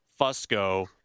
Fusco